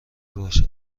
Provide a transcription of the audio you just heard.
باش